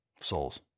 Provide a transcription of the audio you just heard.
Souls